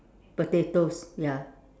potatoes ya